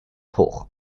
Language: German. hoch